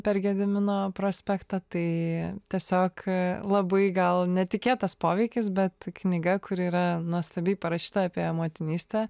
per gedimino prospektą tai tiesiog labai gal netikėtas poveikis bet knyga kuri yra nuostabiai parašyta apie motinystę